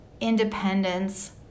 independence